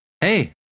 Hey